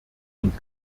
und